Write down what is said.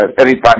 Anytime